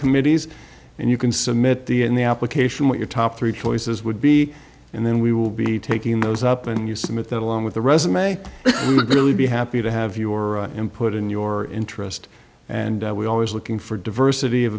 committees and you can submit the in the application what your top three choices would be and then we will be taking those up and you submit that along with the resume we're going to be happy to have your input in your interest and we're always looking for diversity of